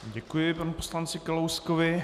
Děkuji panu poslanci Kalouskovi.